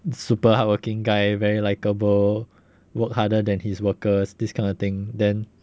super hardworking guy very likable work harder than his workers this kind of thing then